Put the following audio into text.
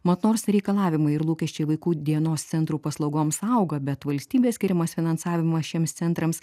mat nors reikalavimai ir lūkesčiai vaikų dienos centrų paslaugoms auga bet valstybės skiriamas finansavimas šiems centrams